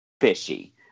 fishy